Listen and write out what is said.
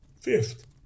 Fifth